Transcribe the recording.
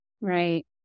Right